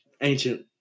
ancient